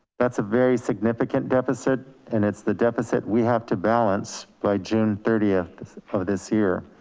that's a very significant deficit and it's the deficit we have to balance by june thirtieth of this year.